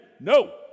No